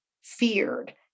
feared